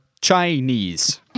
Chinese